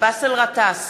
באסל גטאס,